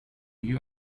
you